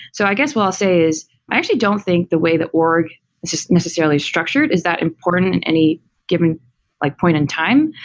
so i guess, what i'll say is i actually don't think the way the org is just necessarily structured is that important in any given like point in time.